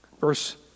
Verse